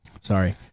Sorry